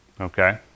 Okay